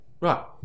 Right